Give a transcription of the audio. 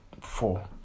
four